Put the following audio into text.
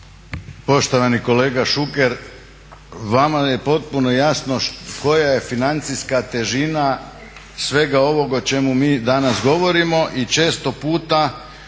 Poštovani kolega Šuker, vama je potpuno jasno koja je financijska težina svega ovoga o čemu mi danas govorimo i često puta